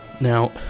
Now